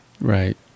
right